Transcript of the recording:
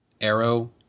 arrow